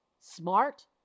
smart